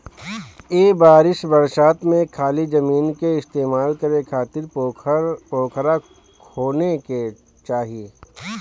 ए बरिस बरसात में खाली जमीन के इस्तेमाल करे खातिर पोखरा खोने के चाही